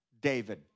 David